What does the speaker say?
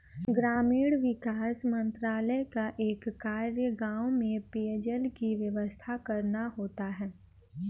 ग्रामीण विकास मंत्रालय का एक कार्य गांव में पेयजल की व्यवस्था करना होता है